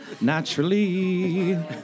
naturally